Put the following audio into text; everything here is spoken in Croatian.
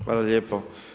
Hvala lijepo.